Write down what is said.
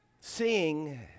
Seeing